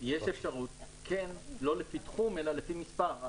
כן כללנו בחריגים אפשרות לצרכן לתת הסכמות ספציפיות.